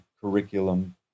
curriculum